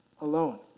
alone